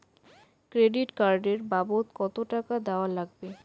Credit card এর বাবদ কতো টাকা দেওয়া লাগবে?